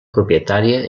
propietària